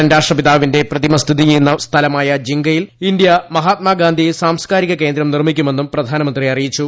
ഉഗാ ൻ രാഷ്ട്രപിതാവിന്റെ പ്രതിമ സ്ഥിതി ചെയ്യുന്ന സ്ഥലമായ ജിങ്കയിൽ ഇന്ത്യ മഹാത്മാഗാന്ധി സാംസ്കാരിക കേന്ദ്രം നിർമ്മിക്കുമെന്നും പ്രധാനമന്ത്രി അറിയിച്ചു